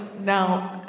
now